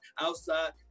outside